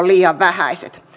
liian vähäiset